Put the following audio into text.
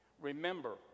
Remember